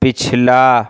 پچھلا